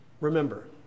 Remember